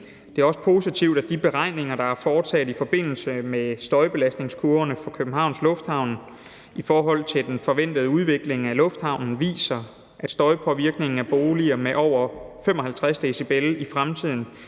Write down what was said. Det også positivt, at de beregninger, der er foretaget, af støjbelastningskurverne for Københavns Lufthavn i forbindelse med den forventede udvikling af lufthavnen viser, at støjpåvirkningen af boliger med over 55 dB i fremtiden